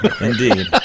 Indeed